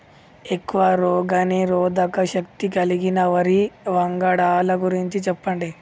ఎక్కువ రోగనిరోధక శక్తి కలిగిన వరి వంగడాల గురించి చెప్పండి?